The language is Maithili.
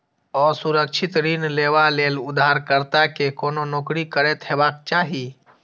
असुरक्षित ऋण लेबा लेल उधारकर्ता कें कोनो नौकरी करैत हेबाक चाही